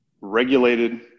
regulated